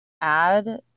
add